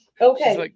Okay